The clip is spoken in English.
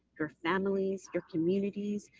your families, your communities,